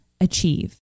achieve